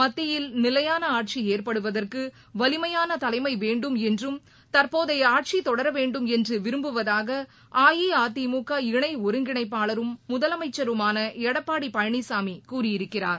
மத்தியில் நிலையானஆட்சிஏற்படுவதற்குவலிமையானதலைமைவேண்டும் என்றும் தற்போதையஆட்சிதொடரவேண்டும் என்றுவிரும்புவதாகஅஇஅதிமுக இணைஒருங்கிணைப்பாளரும் முதலமைச்சருமானஎடப்பாடிபழனிசாமிகூறியிருக்கிறார்